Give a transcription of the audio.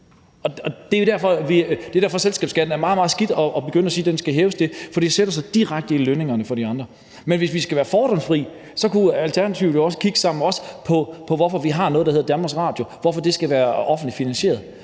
at sige, at selskabsskatten skal hæves. For det sætter sig direkte i lønningerne for de andre. Men hvis vi skal være fordomsfri, kunne Alternativet jo sammen med os også kigge på, hvorfor vi har noget, der hedder Danmarks Radio, som skal være offentligt finansieret,